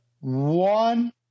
One